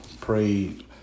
prayed